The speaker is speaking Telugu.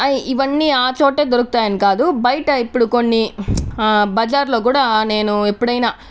ఆ ఇవన్నీ ఆ చోటే దొరుకుతాయని కాదు బయట ఇప్పుడు కొన్ని ఆ బజార్లో కూడా నేను ఎప్పుడైనా